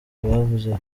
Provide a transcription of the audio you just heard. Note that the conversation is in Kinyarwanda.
bavuga